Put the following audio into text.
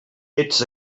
ets